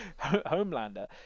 Homelander